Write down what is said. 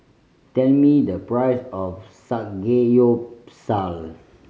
tell me the price of Samgeyopsal